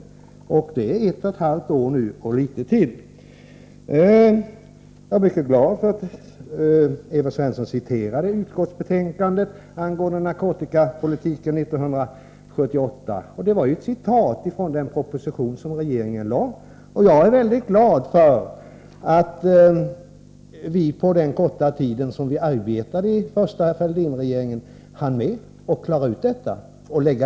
Det har ändå gått mer än ett och ett halvt år. Jag blev mycket glad över att Evert Svensson citerade ur den proposition angående narkotikapolitiken som regeringen lade fram 1978. Det var bra att vi på den korta tid som den första Fälldinregeringen existerade hann med att klara ut detta.